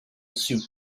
suit